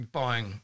buying